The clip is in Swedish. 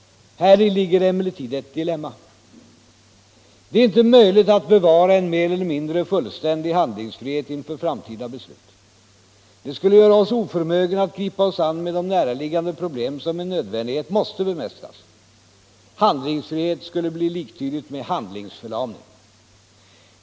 Häri ligger emellertid ett dilemma. Det är inte möjligt att bevara en mer eller mindre fullständig handlingsfrihet inför framtida beslut. Det skulle göra oss oförmögna att gripa oss an med de näraliggande problem som med nödvändighet måste bemästras. Handlingsfrihet skulle bli liktydigt med handlingsförlamning.